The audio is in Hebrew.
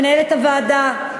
מנהלת הוועדה,